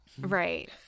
Right